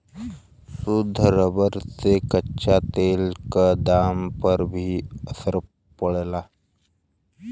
शुद्ध रबर से कच्चा तेल क दाम पर भी असर पड़ला